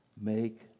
Make